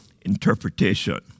interpretation